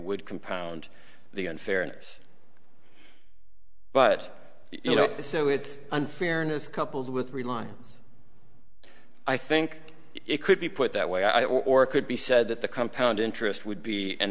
would compound the unfairness but you know so it unfairness coupled with the line i think it could be put that way i or it could be said that the compound interest would be an